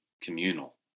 communal